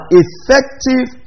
effective